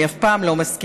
אני אף פעם לא מסכימה,